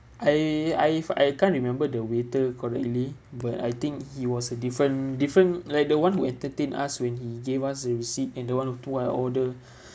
I I've I can't remember the waiter correctly but I think he was a different different like the one who entertained us when he gave us the receipt and the one who put our order